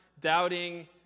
doubting